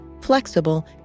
flexible